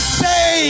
say